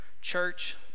Church